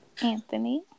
Anthony